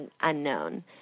unknown